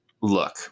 Look